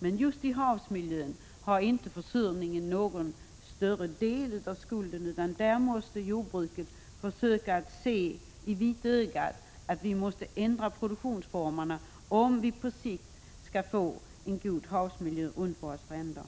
Men just när det gäller havsmiljön har inte försurningen någon större del i skulden, utan där måste jordbruket se sanningen i vitögat och förstå att vi är tvungna att ändra produktionsformerna, om vi på sikt skall få en god havsmiljö runt våra stränder.